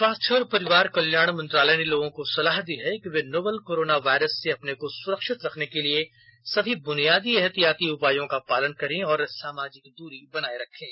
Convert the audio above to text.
स्वास्थ्य और परिवार कल्याण मंत्रालय ने लोगों को सलाह दी है कि वे नोवल कोरोना वायरस से अपने को सुरक्षित रखने के लिए सभी बुनियादी एहतियाती उपायों का पालन करें और सामाजिक दूरी बनाए रखें